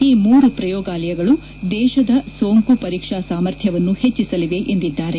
ಈ ಮೂರು ಪ್ರಯೋಗಾಲಯಗಳು ದೇಶದ ಸೋಂಕು ಪರೀಕ್ಷಾ ಸಾಮರ್ಥ್ಯವನ್ನು ಹೆಚ್ಚಿಸಲಿವೆ ಎಂದಿದ್ದಾರೆ